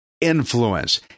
influence